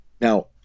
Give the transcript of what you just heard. Now